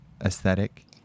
aesthetic